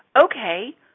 Okay